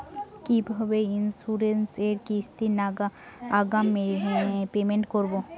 কিভাবে ইন্সুরেন্স এর কিস্তি আগাম পেমেন্ট করবো?